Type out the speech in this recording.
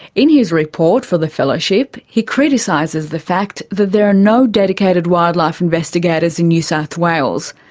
in his report for the fellowship he criticises the fact that there are no dedicated wildlife investigators in new south wales.